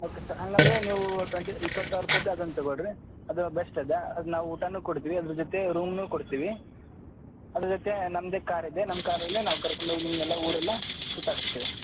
okay sir ಹಾಗಂದ್ರೆ ನೀವು twenty ಇಪ್ಪತ್ತು ಸಾವಿರ ರೂಪಾಯ್ದು ಅದೊಂದು ತಗೊಳ್ಡ್ರಿ ಅದು ಬೆಸ್ಟ್ ಅದ ಅದು ನಾವು ಊಟನು ಕೊಡ್ತಿವಿ ಅದ್ರ ಜೊತೆ ರೂಮ್ನು ಕೊಡ್ತಿವಿ ಅದ್ರ ಜೊತೆ ನಮ್ಮದೆ ಕಾರ್ ಇದೆ ನಮ್ಮ ಕಾರಲ್ಲೆ ನಾವು ಕರ್ಕೊಂಡು ಹೋಗಿ ನಿಮ್ಮನ್ನೆಲ್ಲ ಊರೆಲ್ಲ ಸುತ್ತಾಡಸ್ತೀವಿ